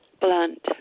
blunt